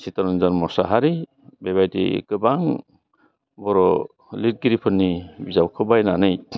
चित्तरन्जन मसाहारि बेबायदि गोबां बर' लिरगिरिफोरनि बिजाबखौ बायनानै